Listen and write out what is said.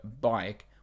bike